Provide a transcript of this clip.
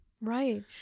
right